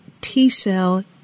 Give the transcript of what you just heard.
T-Cell